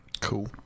Cool